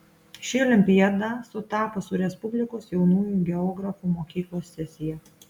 ši olimpiada sutapo su respublikos jaunųjų geografų mokyklos sesija